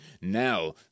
now